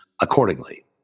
Accordingly